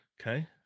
Okay